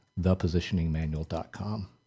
thepositioningmanual.com